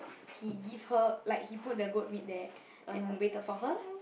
he give her like he put the goat meat there and waited for her lah